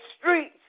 streets